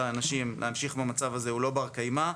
לנשים להמשיך במצב הזה הוא לא בר קיימא,